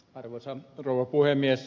arvoisa rouva puhemies